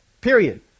Period